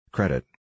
Credit